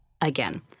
Again